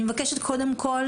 אני מבקשת קודם כל